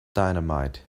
dynamite